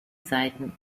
seiten